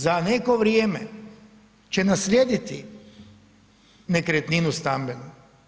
Za neko vrijeme će naslijediti nekretninu stambenu.